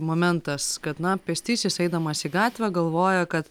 momentas kad na pėstysis eidamas į gatvę galvoja kad